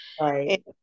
right